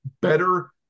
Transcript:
better